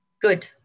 Good